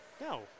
No